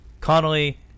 Connolly